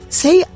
say